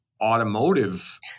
automotive